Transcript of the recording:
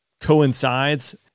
coincides